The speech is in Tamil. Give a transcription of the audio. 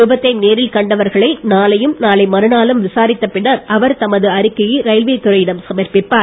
விபத்தை நேரில் கண்டவர்களை நாளையும் நாளை மறுநாளும் விசாரித்த பின்னர் அவர் தமது அறிக்கையை ரயில்வே துறையிடம் சமர்ப்பிப்பார்